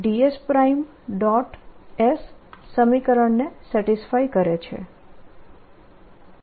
S સમીકરણને satisfy કરે છે